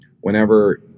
whenever